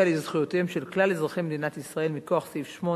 לזכויותיהם של כלל אזרחי מדינת ישראל מכוח סעיף 8